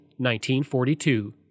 1942